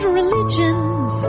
religions